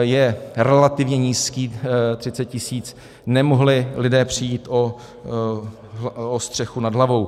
je relativně nízký, 30 tisíc, nemohli lidé přijít o střechu nad hlavou.